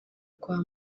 kwa